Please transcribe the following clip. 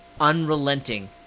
unrelenting